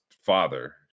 father